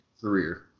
career